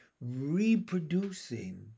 reproducing